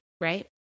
right